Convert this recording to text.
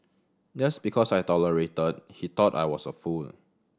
just because I tolerated he thought I was a fool